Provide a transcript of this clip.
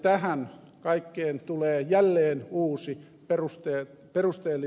tähän kaikkeen tulee jälleen uusi perusteellinen muutos